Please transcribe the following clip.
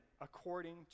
according